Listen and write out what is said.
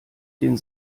den